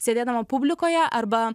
sėdėdama publikoje arba